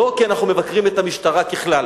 לא כי אנחנו מבקרים את המשטרה ככלל.